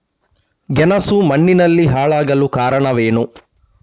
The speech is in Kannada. ಗೆಣಸು ಮಣ್ಣಿನಲ್ಲಿ ಹಾಳಾಗಲು ಕಾರಣವೇನು?